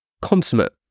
consummate